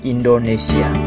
Indonesia